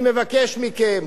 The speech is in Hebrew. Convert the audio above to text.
אני מבקש מכם,